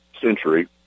century